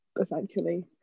essentially